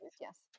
yes